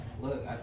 Look